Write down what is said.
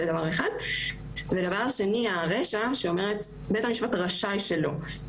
הדבר השני, הרישא, שאומרת שבית המשפט "רשאי שלא".